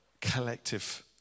collective